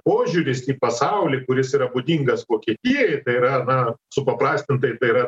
požiūris į pasaulį kuris yra būdingas vokietijai tai yra na supaprastintai yra